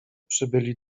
przybyli